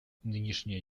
нынешняя